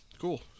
Cool